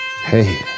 Hey